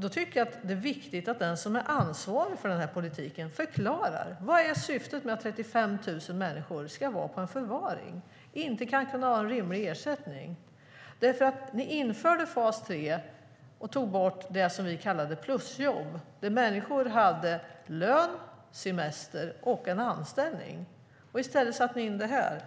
Jag tycker att det är viktigt att den som är ansvarig för politiken förklarar vad syftet är med att 35 000 människor ska vara i en förvaring utan rimlig ersättning. Ni införde fas 3 och tog bort det som vi kallade för plusjobb. Där hade människor lön, semester och en anställning. I stället satte ni in detta.